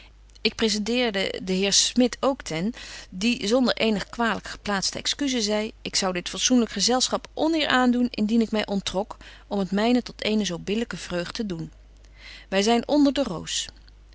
presenteerde den heer smit ook ten die zonder eenige kwalyk geplaatste excusen zei ik zou dit fatsoenlyk gezelschap onëer aandoen indien ik my ontrok om het myne tot eene zo billyke vreugd te doen wy zyn onder de roos